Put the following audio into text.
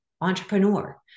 entrepreneur